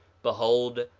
behold,